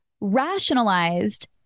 rationalized